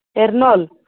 ఎర్నూల్